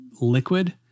liquid